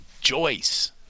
Joyce